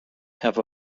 have